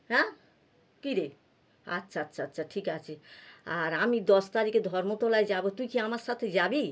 হ্যাঁ কী রে আচ্ছা আচ্ছা আচ্ছা ঠিক আছে আর আমি দশ তারিখে ধর্মতলায় যাবো তুই কি আমার সাথে যাবি